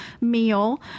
meal